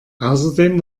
außerdem